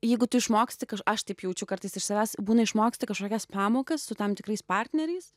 jeigu tu išmoksti kad aš taip jaučiu kartais iš savęs būna išmoksti kažkokias pamokas su tam tikrais partneriais